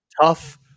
Tough